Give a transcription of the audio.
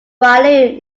walloon